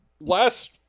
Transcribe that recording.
Last